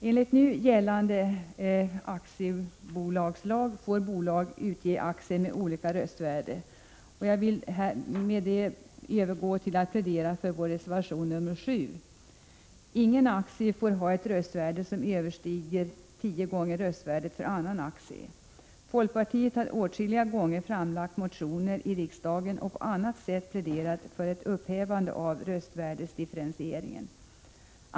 Jag övergår nu till att plädera för reservation nr 7. Enligt nu gällande aktiebolagslag får bolag utge aktier med olika röstvärde. Ingen aktie får dock ”ha ett röstvärde som överstiger tio gånger röstvärdet för annan aktie. Folkpartiet har åtskilliga gånger framlagt motioner i riksdagen och på annat sätt pläderat för ett upphävande av röstvärdesdifferentieringen.